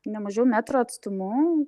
nemažiau metro atstumu